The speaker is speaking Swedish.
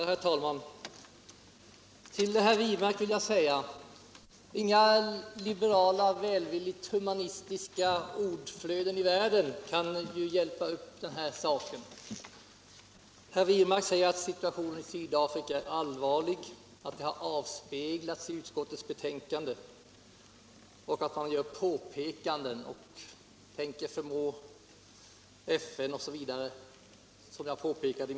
Herr talman! Till herr Wirmark vill jag säga att inga liberala och välvilligt humanistiska ordflöden i världen kan hjälpa i den här saken. Herr 187 Wirmark sade att situationen i Sydafrika är allvarlig, att det har avspeglats i utskottets betänkande och att man gör påpekanden och tänker försöka påverka bl.a. FN.